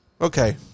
Okay